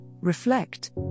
reflect